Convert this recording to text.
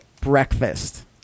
breakfast